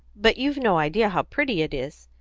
but you've no idea how pretty it is.